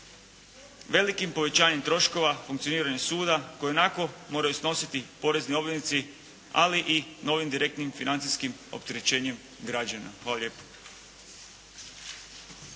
Velikim povećanjem troškova funkcioniranje suda koji ionako moraju snositi porezni obveznici ali i novim direktnim financijskim opterećenjem građana. Hvala lijepo.